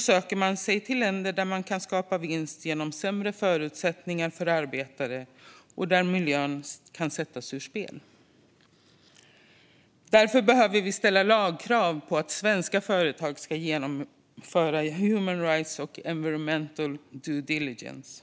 söker man sig till länder där man kan skapa vinst genom sämre förutsättningar för arbetare och där miljön kan sättas ur spel. Därför behöver vi ställa lagkrav på att svenska företag ska respektera human rights och environmental due diligence.